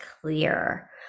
clear